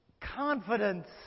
confidence